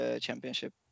championship